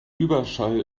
überschall